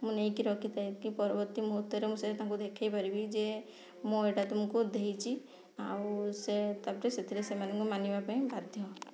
ମୁଁ ନେଇକି ରଖିଥାଏ କି ପରବର୍ତ୍ତୀ ମୁହୂର୍ତ୍ତରେ ମୁଁ ସେଟା ତାଙ୍କୁ ଦେଖେଇ ପାରିବି ଯେ ମୁଁ ଏଟା ତୁମକୁ ଦେଇଛି ଆଉ ସେ ତାପରେ ସେଥିରେ ସେମାନଙ୍କୁ ମାନିବା ପାଇଁ ବାଧ୍ୟ